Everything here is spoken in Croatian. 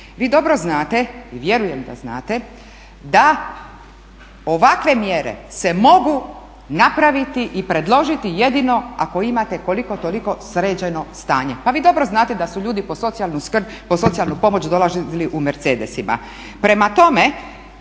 Vi dobro znate, vjerujem da znate, da ovakve mjere se mogu napraviti i predložiti jedino ako imate koliko toliko sređeno stanje. Pa vi dobro znate da su ljudi po socijalnu pomoć dolazili u Mercedesima. Prema tome,